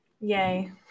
Yay